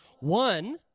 One